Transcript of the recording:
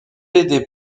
aidé